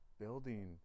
building